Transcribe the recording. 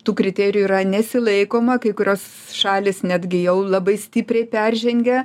tų kriterijų yra nesilaikoma kai kurios šalys netgi jau labai stipriai peržengia